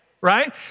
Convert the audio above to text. right